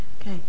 Okay